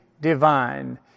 divine